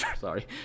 sorry